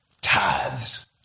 tithes